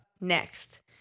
next